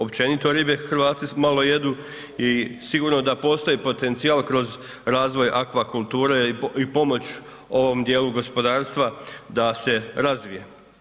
Općenito ribe Hrvati malo jedu i sigurno da postoji potencijal kroz razvoj akvakulture i pomoć ovom dijelu gospodarstva da se razvije.